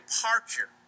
departure